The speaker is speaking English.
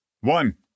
one